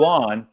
on